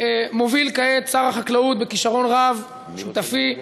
מוביל כעת שר החקלאות, בכישרון רב, שותפי,